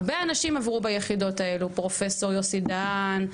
הרבה אנשים עברו ביחידות האלו, פרופסור יוסי דהן,